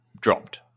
dropped